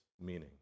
meaning